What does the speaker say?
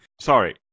Sorry